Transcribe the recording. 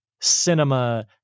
cinema